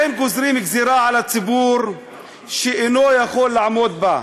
אין גוזרים גזירה על הציבור שאין הוא יכול לעמוד בה.